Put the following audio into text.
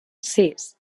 sis